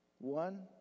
One